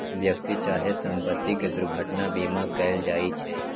व्यक्ति चाहे संपत्ति के दुर्घटना बीमा कएल जाइ छइ